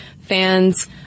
fans